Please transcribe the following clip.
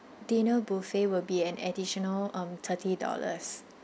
dinner buffet will be an additional um thirty dollars